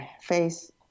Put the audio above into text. face